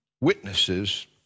witnesses